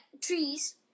trees